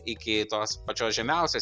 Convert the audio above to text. iki tos pačios žemiausios